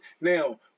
now